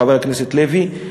חבר הכנסת לוי,